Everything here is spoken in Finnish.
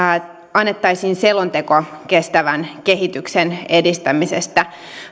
annettaisiin selonteko kestävän kehityksen edistämisestä